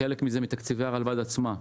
חלק מזה מתקציבי הרלב"ד עצמו,